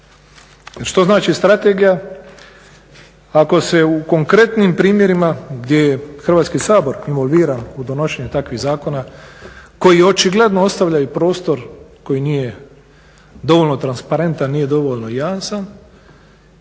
Što znači strategija ako se u konkretnim primjerima gdje je Hrvatski sabor involviran u donošenje takvih zakona koji očigledno ostavljaju prostor koji nije dovoljno transparentan, nije dovoljno jasan.